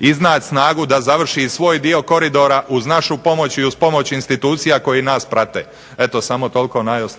iznaći snagu da završi svoj dio koridora, uz našu pomoć i uz pomoć institucija koji nas prate. Eto samo toliko, najosnovnije.